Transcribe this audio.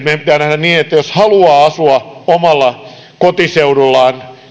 niin että jos haluaa asua omalla kotiseudullaan